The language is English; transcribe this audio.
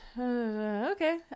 okay